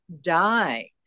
die